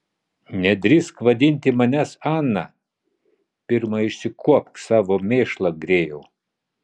nedrįsk vadinti manęs ana pirma išsikuopk savo mėšlą grėjau